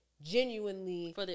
genuinely